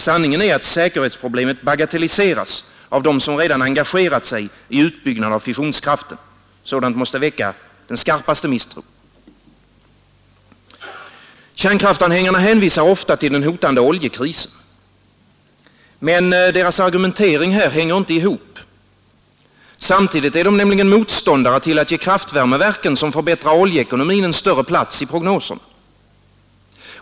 Sanningen är att säkerhetsproblemet bagatelliseras av dem som redan engagerat sig i utbyggnad av fissionskraften. Sådant måste väcka den skarpaste misstro. Kärnkraftanhängarna hänvisar ofta till den hotande oljekrisen. Men deras argumentering här hänger inte ihop. Samtidigt är de nämligen motståndare till att ge kraftvärmeverken, som förbättrar oljeekonomin, en större plats i prognoserna.